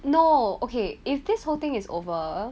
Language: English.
no okay if this whole thing is over